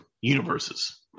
universes